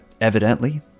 evidently